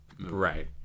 right